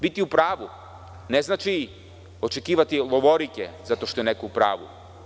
Biti u pravu ne znači očekivati lovorike zato što je neko u pravu.